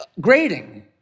grading